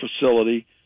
facility